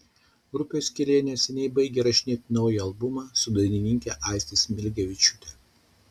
grupė skylė neseniai baigė įrašinėti naują albumą su dainininke aiste smilgevičiūte